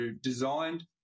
designed